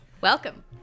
Welcome